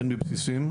הן מבסיסים,